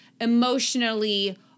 emotionally